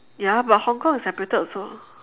ya but hong-kong is separated also